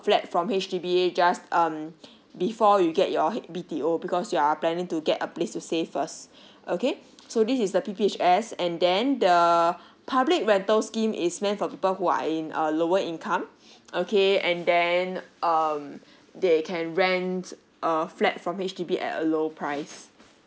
flat from H_D_B just um before you get your H~ B_T_O because you are planning to get a place to stay first okay so this is the P_P_H_S and then the public rental scheme is meant for people who are in a lower income okay and then um they can rent a flat from H_D_B at a lower price